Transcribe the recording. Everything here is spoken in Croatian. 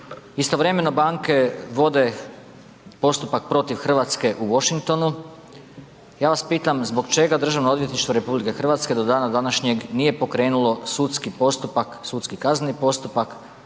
istovremeno banke vode postupak protiv Hrvatske u Washingtonu, ja vas pitam zbog čega Državno odvjetništvo RH do dana današnjeg nije pokrenulo sudski postupak, sudski kazneni postupak